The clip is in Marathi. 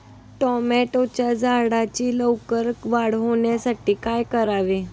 टोमॅटोच्या झाडांची लवकर वाढ होण्यासाठी काय करावे?